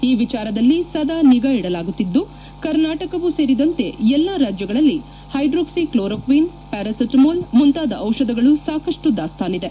ಈ ವಿಚಾರದಲ್ಲಿ ಸದಾ ನಿಗಾ ಇಡಲಾಗುತ್ತಿದ್ದು ಕರ್ನಾಟಕವೂ ಸೇರಿದಂತೆ ಎಲ್ಲ ರಾಜ್ಯಗಳಲ್ಲಿ ಹೈಡ್ರೊಕ್ಲಿಕ್ಲೋರೊಕ್ವಿನ್ ಪೆರಾಸೆಟಾಮೊಲ್ ಮುಂತಾದ ದಿಷಧಗಳು ಸಾಕಷ್ಟು ದಾಸ್ತಾನಿದೆ